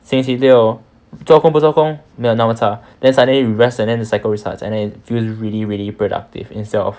星期六做工不做工没有那么差 then sunday you rest and then cycle restarts and then it feels really really productive instead of